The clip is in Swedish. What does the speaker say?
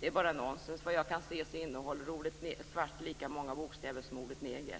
Det är bara nonsens. Vad jag kan se innehåller ordet svart lika många bokstäver som ordet neger.